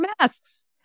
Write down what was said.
masks